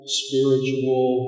spiritual